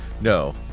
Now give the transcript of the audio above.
No